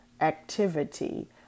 activity